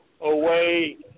away